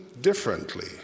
differently